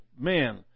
man